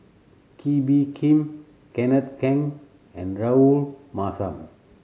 Kee Bee Khim Kenneth Keng and Rahayu Mahzam